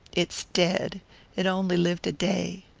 it's dead it only lived a day.